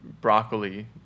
broccoli